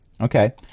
Okay